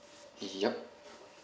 yup